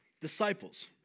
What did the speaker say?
disciples